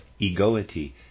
egoity